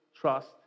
trust